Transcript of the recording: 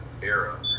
era